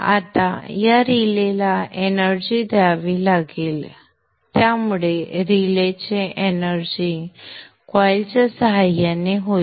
आता या रिलेला एनर्जी द्यावी लागेल त्यामुळे रिलेचे एनर्जी कॉइलच्या सहाय्याने होईल